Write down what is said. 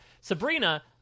sabrina